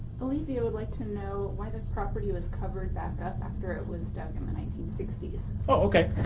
alethea would like to know why this property was covered back up after it was dug in the nineteen sixty s. oh, okay.